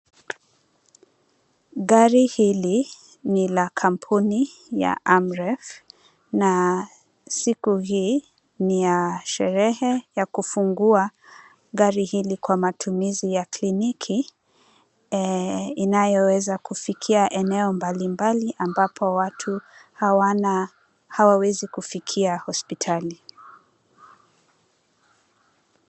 Gari hili ni la kampuni ya Amref na siku hii ni ya sherehe, ya kufungua gari hili kwa matumizi ya kliniki, inayoweza kufikia eneo mbalimbali, ambapo watu hawawezi kufikia hospitali.